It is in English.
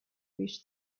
reached